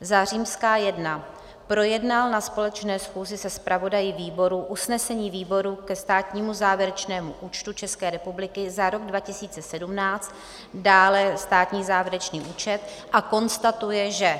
I. projednal na společné schůzi se zpravodaji výborů usnesení výboru ke státnímu závěrečnému účtu České republiky za rok 2017 /dále státní závěrečný účet/ a konstatuje, že